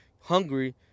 hungry